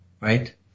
right